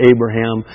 Abraham